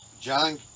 John